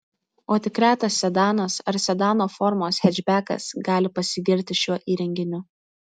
o tik retas sedanas ar sedano formos hečbekas gali pasigirti šiuo įrenginiu